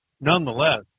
nonetheless